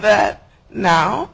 that now